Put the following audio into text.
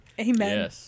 Amen